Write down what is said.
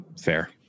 Fair